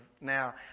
now